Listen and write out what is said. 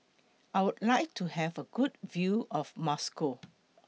I Would like to Have A Good View of Moscow